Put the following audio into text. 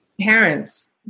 Parents